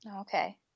okay